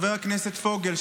חבר הכנסת פוגל,